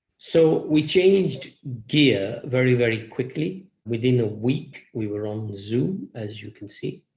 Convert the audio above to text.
so we changed gear very, very quickly. within a week we were on zoom, as you can see.